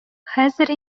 хәзер